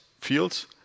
fields